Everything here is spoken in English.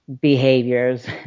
behaviors